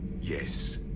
Yes